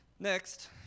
Next